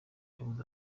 yabuze